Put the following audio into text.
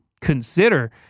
consider